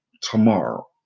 tomorrow